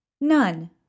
none